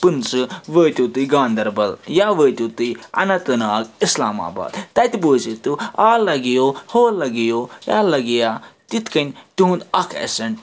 پٕنٛژٕہ وٲتِو تُہۍ گانٛدَربَل یا وٲتِو تُہۍ اننٛت ناگ اِسلام آباد تَتہِ بوٗزِو تُہۍ آ لگیو ہو لَگیو یا لَگیہ تِتھ کٔنۍ تِہُنٛد اَکھ ایٚسیٚنٹ